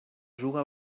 juga